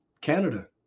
Canada